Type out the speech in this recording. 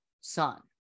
son